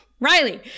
Riley